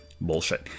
Bullshit